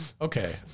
Okay